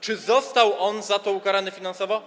Czy został on za to ukarany finansowo?